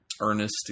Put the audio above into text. Ernest